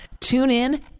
TuneIn